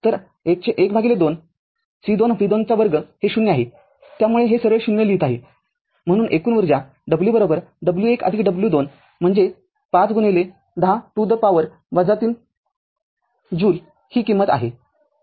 तरअर्धा C२v२२ हे ० आहे त्यामुळे हे सरळ ० लिहीत आहे म्हणूनएकूण ऊर्जा w w१ w २ म्हणजेच ५१० to the power ३ ज्यूलही किंमत आहे